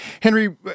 Henry